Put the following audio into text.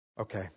Okay